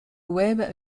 web